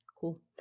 cool